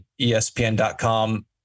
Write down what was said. ESPN.com